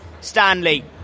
Stanley